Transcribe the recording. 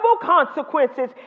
consequences